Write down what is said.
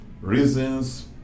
reasons